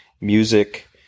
Music